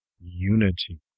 unity